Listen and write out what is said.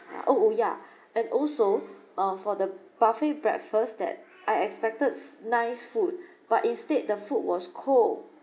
oh oh ya and also uh for the buffet breakfast that I expected nice food but instead the food was cold